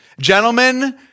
Gentlemen